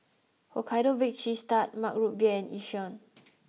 Hokkaido Baked Cheese Tart Mug Root Beer Yishion